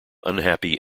unhappy